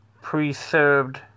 preserved